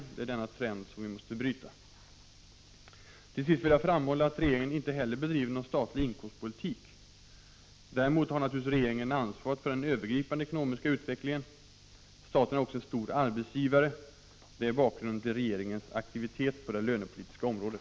Det är denna trend som vi måste bryta. Till sist vill jag framhålla att regeringen inte heller bedriver någon statlig inkomstpolitik. Däremot har naturligtvis regeringen ansvaret för den övergripande ekonomiska utvecklingen. Staten är också en stor arbetsgivare. Det är bakgrunden till regeringens aktivitet på det lönepolitiska området.